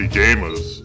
gamers